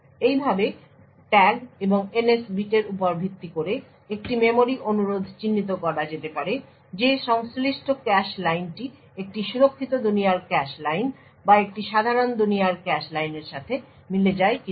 এইভাবে ট্যাগ এবং NS বিটের উপর ভিত্তি করে একটি মেমরি অনুরোধ চিহ্নিত করা যেতে পারে যে সংশ্লিষ্ট ক্যাশ লাইনটি একটি সুরক্ষিত দুনিয়ার ক্যাশ লাইন বা একটি সাধারণ দুনিয়ার ক্যাশ লাইনের সাথে মিলে যায় কিনা